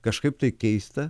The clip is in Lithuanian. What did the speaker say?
kažkaip tai keista